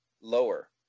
lower